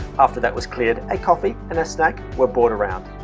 after that was cleared, a coffee and a snack were brought around.